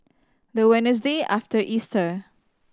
the Wednesday after Easter